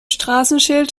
straßenschild